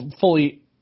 fully